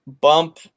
bump